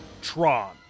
Tron